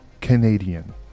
Canadian